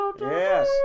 yes